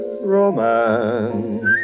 romance